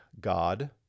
God